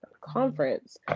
conference